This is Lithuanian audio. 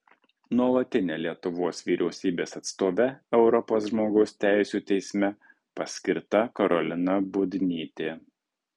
nuolatine lietuvos vyriausybės atstove europos žmogaus teisių teisme paskirta karolina bubnytė